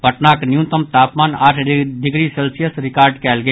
पटनाक न्यूनतम तापमान आठ डिग्री सेल्सियस रिकॉर्ड कयल गेल